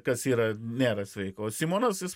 kas yra nėra sveika o simonas jis